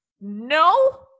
no